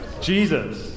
Jesus